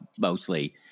mostly